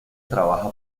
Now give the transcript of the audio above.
trabaja